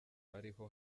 ariho